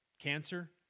Cancer